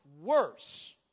worse